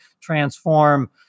transform